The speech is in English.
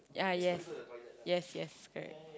ah yes yes yes correct